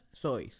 sois